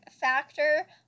factor